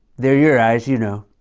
they're your eyes. you know.